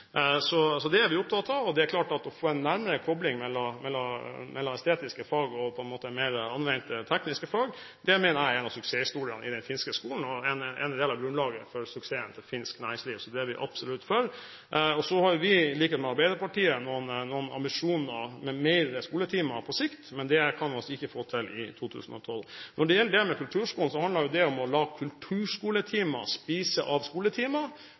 det er vi opptatt av. En nærmere kobling mellom estetiske fag og mer anvendte tekniske fag mener jeg er én av suksesshistoriene i den finske skolen og er noe av grunnlaget for suksessen til finsk næringsliv. Så det er vi absolutt for. Så har vi, i likhet med Arbeiderpartiet, noen ambisjoner om flere skoletimer på sikt, men det kan vi altså ikke få til i 2012. Når det gjelder kulturskolen, handler det om å la kulturskoletimer spise av